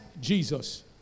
Jesus